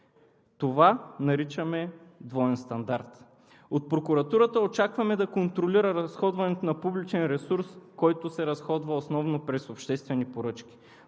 това наричаме двоен стандарт. От прокуратурата очакваме да контролира разходването на публичен ресурс, който се разходва основно през обществени поръчки.